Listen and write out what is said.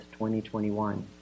2021